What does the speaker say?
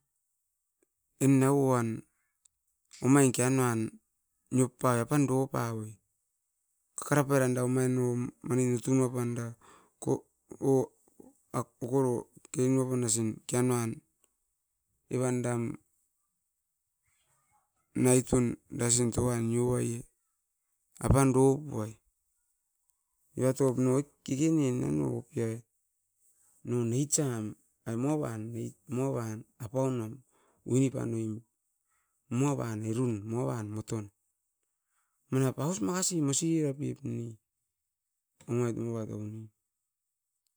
Innauan omain kianunan niop pai apan dopavoi kakarapairan moino manin utunuapanda ko ohh okoro kirinuasin kenuan evan dam naikon dasin soan nioaie apan dopuai evatop no ai kikirin noke ai no nature moavan ne moavan apaun winipanoim moavan erun moavan moton manap aus makasi mosioropep ne omait moavat ouonem.